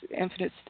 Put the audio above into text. infinite